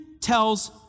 tells